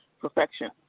perfection